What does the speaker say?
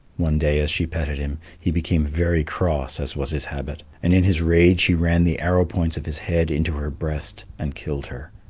one day as she petted him, he became very cross as was his habit, and in his rage he ran the arrow-points of his head into her breast and killed her.